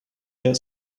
their